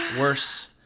worse